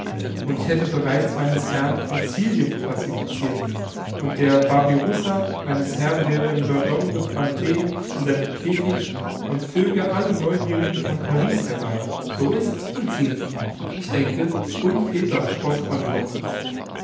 und ich hätte bereits meines herrn fossilien classificirt und der babirussa meines herrn wäre im jardin des plantes in seinem käfig und zöge alle neugierigen von paris herbei so ist's conseil und ich denke unfehlbar spottet man über uns